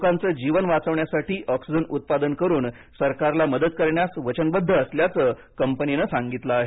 लोकांचे जीवन वाचवण्यासाठी ऑक्सिजन उत्पादन करून सरकारला मदत करण्यास वचनबद्ध असल्याचे कंपनीनं सांगितलं आहे